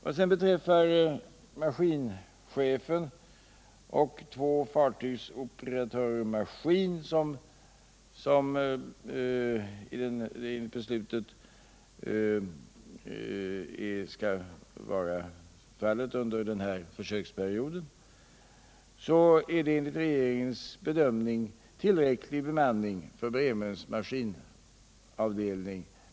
Vad sedan beträffar maskinchefen och två fartygsoperatörer i maskin under den här försöksperioden är det enligt regeringens bedömning en tillräcklig bemanning för Bremöns maskinavdelning.